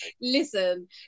listen